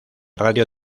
radio